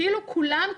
כאילו כולם,